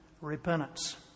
repentance